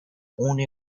only